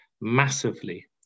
massively